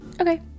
Okay